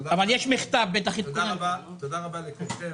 תודה רבה לכולכם.